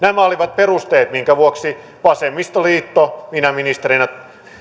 nämä olivat perusteet minkä vuoksi vasemmistoliitto minä ministerinä